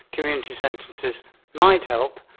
community sentences might help.